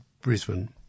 Brisbane